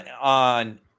on